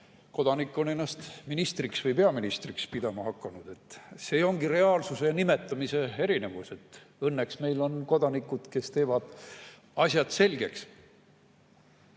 kodanik on ennast ministriks või peaministriks pidama hakanud. See ongi reaalsuse ja nimetamise erinevus. Õnneks on meil kodanikud, kes teevad asjad selgeks.